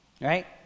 right